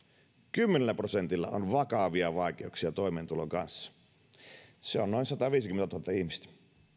kymmenellä prosentilla on vakavia vaikeuksia toimeentulon kanssa se on noin sataviisikymmentätuhatta ihmistä